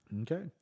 Okay